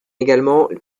également